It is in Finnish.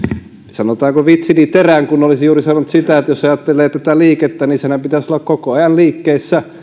sanotaanko vitsini terän kun olisin juuri sanonut sitä että jos ajattelee tätä liikettä niin senhän pitäisi olla koko ajan liikkeessä